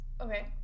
okay